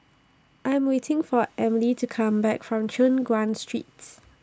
I Am waiting For Emely to Come Back from Choon Guan Street